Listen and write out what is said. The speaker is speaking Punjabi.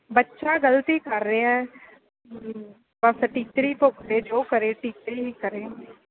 ਬੱਚਾ ਗਲਤੀ ਕਰ ਰਿਹਾ ਬਸ ਟੀਚਰ ਹੀ ਭੁਗਤੇ ਜੋ ਕਰੇ ਟੀਚਰ ਹੀ ਕਰੇ